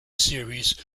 series